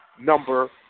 Number